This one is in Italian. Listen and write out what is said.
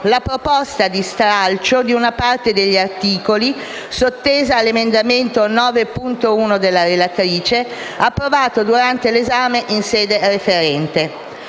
la proposta di stralcio di una parte degli articoli, sottesa all'emendamento 9.1 della relatrice, approvato durante l'esame in sede referente.